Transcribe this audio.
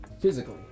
physically